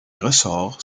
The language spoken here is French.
ressorts